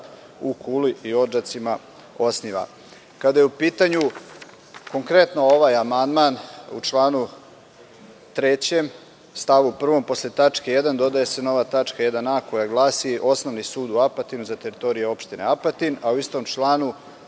u Kuli i Odžacima osniva. Kada je u pitanju, konkretno ovaj amandman, u članu 3. stav 1. posle tačke 1) dodaje se nova tačka 1) koja glasi – osnovni sud u Apadinu za teritoriju opštine Apatin, a u istom članu